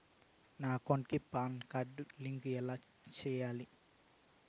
నా అకౌంట్ కి PAN card link ఎలా సేయాలి